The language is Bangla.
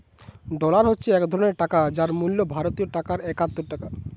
ডলার হচ্ছে এক ধরণের টাকা যার মূল্য ভারতীয় টাকায় একাত্তর টাকা